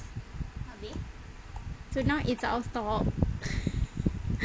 so now it's out of stock